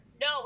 No